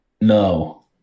no